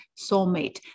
soulmate